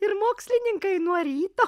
ir mokslininkai nuo ryto